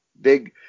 big